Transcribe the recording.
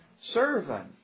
servant